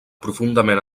profundament